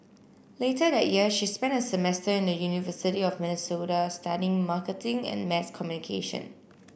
later that year she spent a semester in the university of Minnesota studying marketing and mass communication